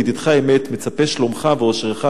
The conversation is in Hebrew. ידידך אמת מצפה שלומך ואושרך,